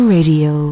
Radio